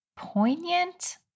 Poignant